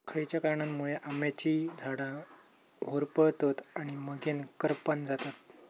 खयच्या कारणांमुळे आम्याची झाडा होरपळतत आणि मगेन करपान जातत?